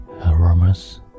Aromas